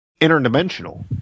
interdimensional